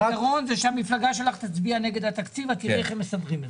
הפתרון הוא שהמפלגה שלך תצביע נגד התקציב ואת תראי איך הם מסדרים את זה.